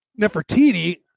nefertiti